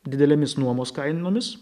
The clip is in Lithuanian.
didelėmis nuomos kainomis